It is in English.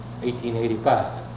1885